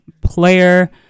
player